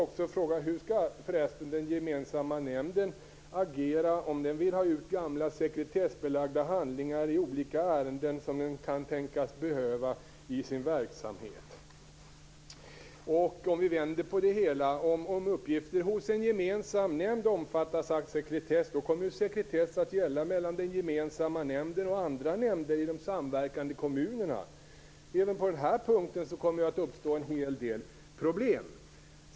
Hur skall förresten den gemensamma nämnden agera om den vill ha ut gamla sekretessbelagda handlingar i olika ärenden som den kan tänkas behöva i sin verksamhet? Vi kan också vända på det hela. Om uppgifter hos en gemensam nämnd omfattas av sekretess kommer sekretess att gälla mellan den gemensamma nämnden och andra nämnder i de samverkande kommunerna. På den här punkten kommer det att uppstå en hel del problem.